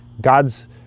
God's